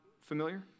familiar